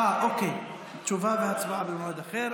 אה, אוקיי, תשובה והצבעה במועד אחר.